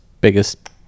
biggest